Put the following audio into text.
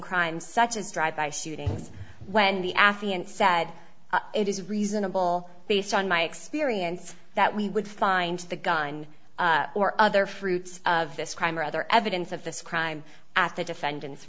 crimes such as drive by shootings when the affiant said it is reasonable based on my experience that we would find the gun or other fruits of this crime or other evidence of this crime at the defendant's